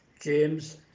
James